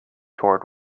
toward